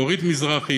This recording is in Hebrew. דורית מזרחי,